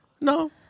No